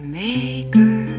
maker